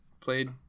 played